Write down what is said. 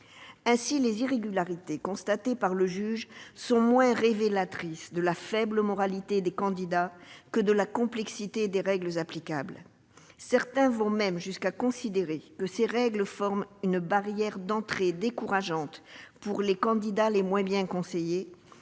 Ainsi, les irrégularités constatées par le juge sont moins révélatrices de la faible moralité des candidats que de la complexité des règles applicables. Certains vont même jusqu'à considérer que ces règles forment une barrière d'entrée décourageante pour les candidats les moins bien conseillés,